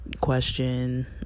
question